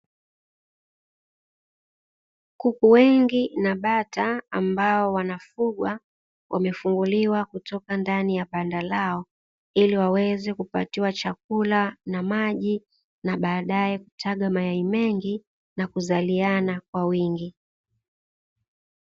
Kuku wengi na bata ambao wanafugwa wamefunguliwa kutoka ndani ya banda lao, ili waweze kupatiwa chakula na maji na baadae kutaga mayai mengi na kuzaliana kwa wingi.